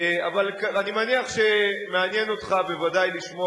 אבל אני מניח שמעניין אותך בוודאי לשמוע